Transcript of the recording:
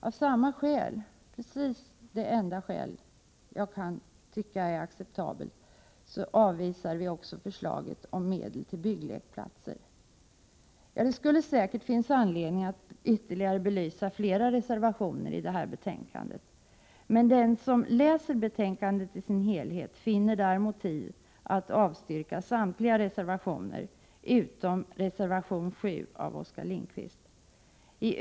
Av samma skäl, det enda skäl som jag tycker är acceptabelt, avvisar vi också förslaget om medel till bygglekplatser. Det skulle säkert finnas anledning att belysa flera reservationer i detta betänkande, men den som läser betänkandet i dess helhet finner motiv att avstyrka samtliga reservationer utom reservation 7 av Oskar Lindkvist.